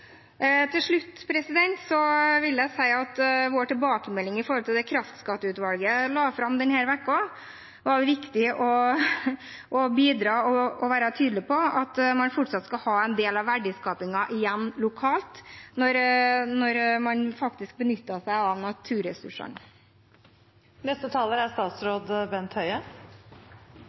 Til slutt vil jeg si at vår tilbakemelding på det som kraftskatteutvalget la fram denne uka, er at det er viktig å bidra til og å være tydelig på at man fortsatt skal ha en del av verdiskapingen igjen lokalt når man faktisk benytter seg av naturressursene.